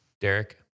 derek